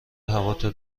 هواتو